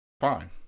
fine